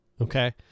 Okay